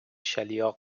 شَلیاق